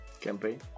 campaign